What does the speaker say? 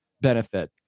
benefit